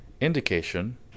indication